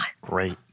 Great